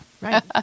Right